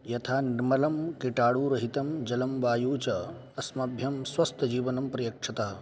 यथा निर्मलं कीटालुरहितं जलं वायुः च अस्मभ्यं स्वस्थजीवनं प्रयक्षतः